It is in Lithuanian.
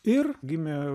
ir gimė